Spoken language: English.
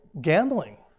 gambling